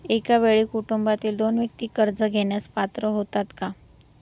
एका वेळी कुटुंबातील दोन व्यक्ती कर्ज घेण्यास पात्र होतात का?